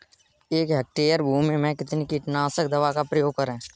एक हेक्टेयर भूमि में कितनी कीटनाशक दवा का प्रयोग करें?